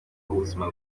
ubuzima